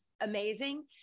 amazing